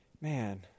Man